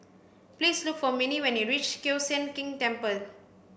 please look for Minnie when you reach Kiew Sian King Temple